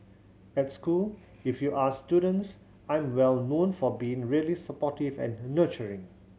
at school if you ask students I'm well known for being really supportive and nurturing